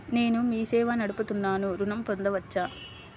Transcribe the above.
నేను మీ సేవా నడుపుతున్నాను ఋణం పొందవచ్చా?